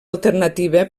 alternativa